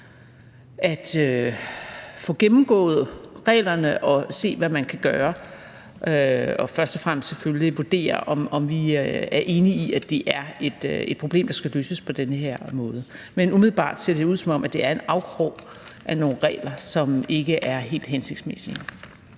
at få gennemgået reglerne og se, hvad man kan gøre, og først og fremmest selvfølgelig vurdere, om vi er enige i, at det er et problem, der skal løses på den her måde. Men umiddelbart ser det ud, som om det er en afkrog af nogle regler, som ikke er helt hensigtsmæssige.